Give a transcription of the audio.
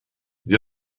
gli